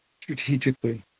strategically